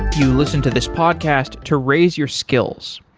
you listen to this podcast to raise your skills?